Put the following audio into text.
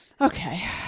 Okay